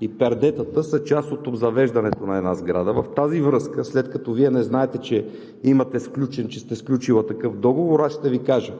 и пердетата са част от обзавеждането на една сграда. В тази връзка, след като Вие не знаете, че сте сключила такъв договор, аз ще Ви кажа.